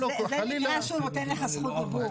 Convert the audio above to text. זה נקרא שהוא נותן לך זכות דיבור.